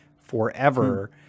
forever